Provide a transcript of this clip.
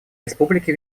республики